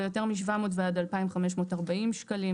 יותר מ-700 ועד 2,000 - 540 שקלים.